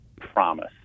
promise